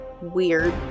weird